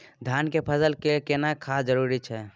धान के फसल के लिये केना खाद जरूरी छै?